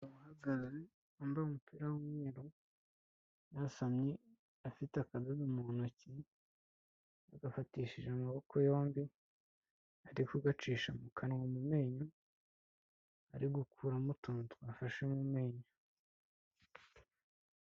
Umumotari wambaye umupira w'umweru yasamye afite akadoga mu ntoki yagafatishije amaboko yombi, arikugagacisha mu kanwa mu menyo, ari gukuramo utuntu twafashe mu menyo.